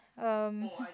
um